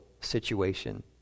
Situation